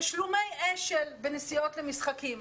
תשלומי אש"ל בנסיעות למשחקים.